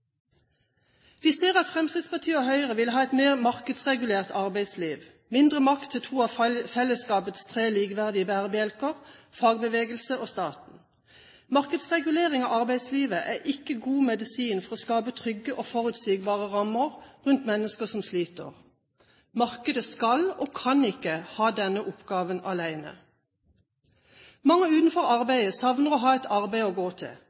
Vi ser at Fremskrittspartiet og Høyre vil ha et mer markedsregulert arbeidsliv – mindre makt til to av fellesskapets tre likeverdige bærebjelker, fagbevegelsen og staten. Markedsregulering av arbeidslivet er ikke god medisin for å skape trygge og forutsigbare rammer rundt mennesker som sliter. Markedet skal og kan ikke ha denne oppgaven alene. Mange utenfor arbeidslivet savner å ha et arbeid å gå til.